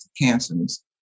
cancers